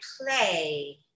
play